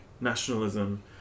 nationalism